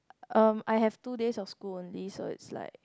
um I have two days of school only so it's like